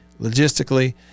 logistically